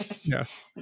yes